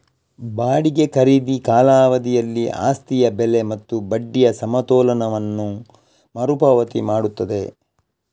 ಬಾಡಿಗೆ ಖರೀದಿ ಕಾಲಾವಧಿಯಲ್ಲಿ ಆಸ್ತಿಯ ಬೆಲೆ ಮತ್ತು ಬಡ್ಡಿಯ ಸಮತೋಲನವನ್ನು ಮರು ಪಾವತಿ ಮಾಡುತ್ತದೆ